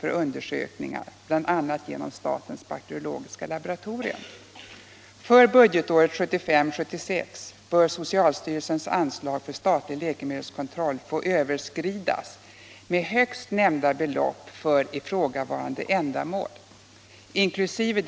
för undersökningar genom bl.a. SBL. För budgetåret 1975/76 bör socialstyrelsens anslag för statlig läkemedelskontroll få överskridas med högst nämnda belopp för ifrågavarande ändamål, inkl.